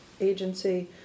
agency